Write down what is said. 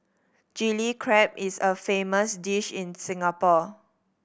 Chilli Crab is a famous dish in Singapore